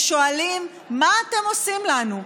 ששואלים: מה אתם עושים לנו?